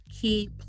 key